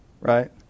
right